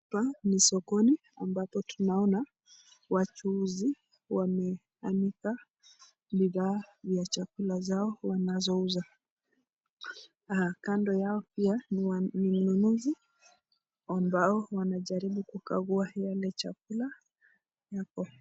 Hapa ni sokoni ambapo na tunaona wajuuzi wameanika bidhaa zao wanazouza kando Yao ni mnunuzi wanajaribu kugagua Yale chakula.